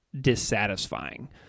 dissatisfying